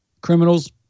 criminals